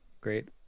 Great